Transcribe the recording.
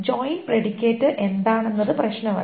join predicate എന്താണെന്നത് പ്രശ്നമല്ല